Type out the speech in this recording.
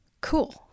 Cool